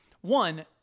One